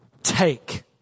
take